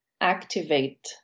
activate